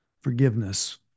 forgiveness